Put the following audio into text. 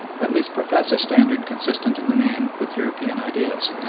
at least profess a standard consistent in the main with european ideas.